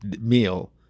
meal